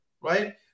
Right